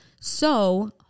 so-